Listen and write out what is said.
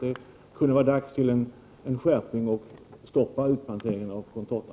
Det kunde vara dags att göra en skärpning och stoppa utplanteringen av contorta.